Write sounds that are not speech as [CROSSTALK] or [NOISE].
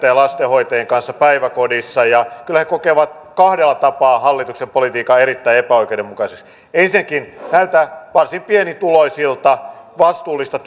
[UNINTELLIGIBLE] ja lastenhoitajien kanssa päiväkodissa ja kyllä he kokevat kahdella tapaa hallituksen politiikan erittäin epäoikeudenmukaiseksi ensinnäkin näiltä varsin pienituloisilta vastuullista [UNINTELLIGIBLE]